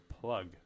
plug